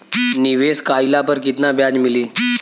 निवेश काइला पर कितना ब्याज मिली?